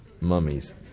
mummies